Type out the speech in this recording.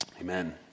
Amen